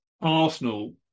Arsenal